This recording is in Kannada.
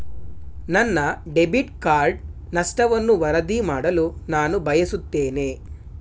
ನನ್ನ ಡೆಬಿಟ್ ಕಾರ್ಡ್ ನಷ್ಟವನ್ನು ವರದಿ ಮಾಡಲು ನಾನು ಬಯಸುತ್ತೇನೆ